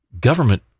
government